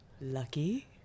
lucky